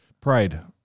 Pride